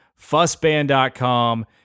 Fussband.com